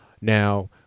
Now